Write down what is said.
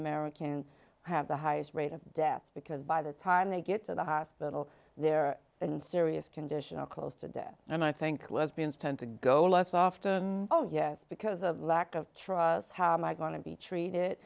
american have the highest rate of deaths because by the time they get to the hospital they're in serious condition or close to death and i think lesbians tend to go less often oh yes because of lack of trust how am i going to be treated